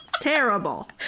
terrible